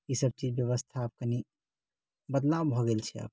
ई सभ चीज व्यवस्था आब कनि बदलाव भऽ गेल छै आब